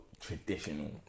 traditional